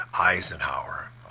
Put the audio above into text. Eisenhower